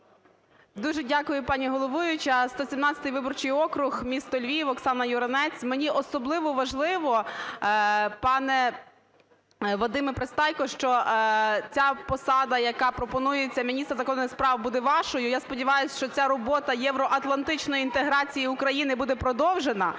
Дуже дякую, пані головуюча. 117 виборчий округ, місто Львів, Оксана Юринець. Мені особливо важливо, пане Вадим Пристайко, що ця посада, яка пропонується, міністра закордонних справ, буде вашою. Я сподіваюсь, що ця робота євроатлантичної інтеграції України буде продовжена.